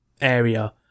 area